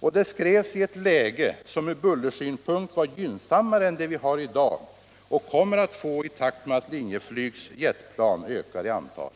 Och det skrevs i ett läge som ur bullersynpunkt var gynnsammare än det vi har i dag och kommer att få, i takt med att Linjeflygs jetplan ökar i antal.